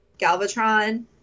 Galvatron